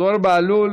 זוהיר בהלול,